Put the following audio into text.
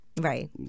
Right